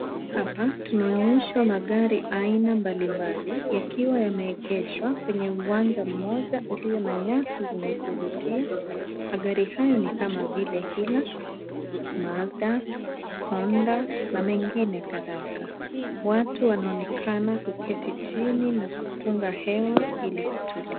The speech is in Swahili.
Hapa tunaonyeshwa magari aina mbalimbali yakiwa yameegeshwa kwenye uwanja mmoja ulio na nyasi zenye kuvutia. Magari hayo ni kama vile Hilux, Mazda, Honda na mengine kadhalika. Watu wanaonekana kuketi chini na kupunga hewa ili kutulia.